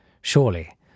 Surely